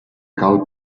cal